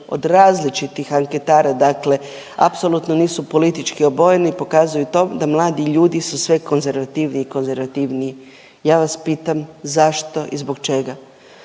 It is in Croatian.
od različitih anketara dakle apsolutno nisu političke obojeni i pokazuju to da mladi ljudi su sve konzervativniji i konzervativniji. Ja vas pitam zašto i zbog čega?